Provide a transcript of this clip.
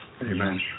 Amen